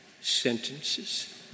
sentences